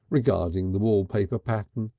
regarding the wallpaper pattern.